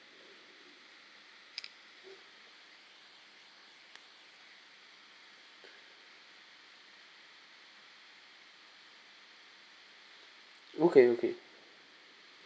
okay okay